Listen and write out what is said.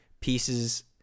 pieces